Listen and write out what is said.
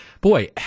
boy